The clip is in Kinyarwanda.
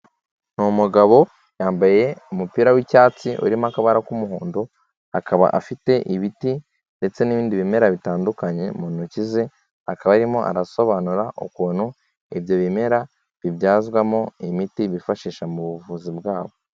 Ni umugabo, yambaye umupira w'icyatsi urimo akabara k'umuhondo, akaba afite ibiti ndetse n'ibindi bimera bitandukanye mu ntoki ze, akaba arimo arasobanura ukuntu ibyo bimera bibyazwamo imiti, bifashisha mu buvuzi bwabo.